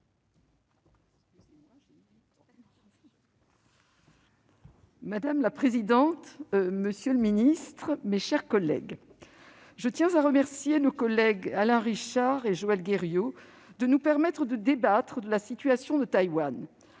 Madame la présidente, monsieur le secrétaire d'État, mes chers collègues, je tiens à remercier nos collègues Alain Richard et Joël Guerriau de nous permettre de débattre de la situation de Taïwan.